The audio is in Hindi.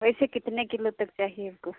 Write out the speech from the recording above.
ऐसे कितने किलो तक चाहिए आपको